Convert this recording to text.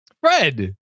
fred